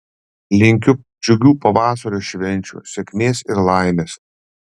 linkiu džiugių pavasario švenčių sėkmės ir laimės